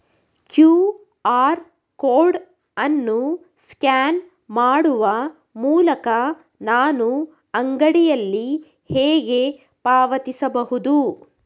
QR code ಅನ್ನು scan ಮಾಡುವ ಮೂಲಕ ನಾನು ಅಂಗಡಿಯಲ್ಲಿ ಹೇಗೆ ಪಾವತಿಸಬಹುದು?